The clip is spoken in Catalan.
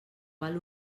val